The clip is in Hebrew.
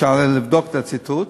אפשר לבדוק את הציטוט,